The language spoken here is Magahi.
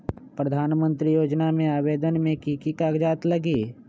प्रधानमंत्री योजना में आवेदन मे की की कागज़ात लगी?